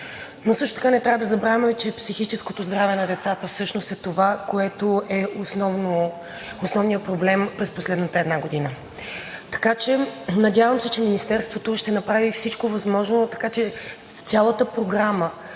Но също така не трябва да забравяме, че психическото здраве на децата всъщност е това, което е основният проблем през последната една година. Надявам се, че Министерството ще направи всичко възможно, така че цялата програма,